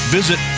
visit